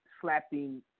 slapping